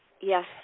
Yes